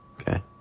Okay